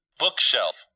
bookshelf